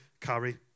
carry